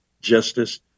justice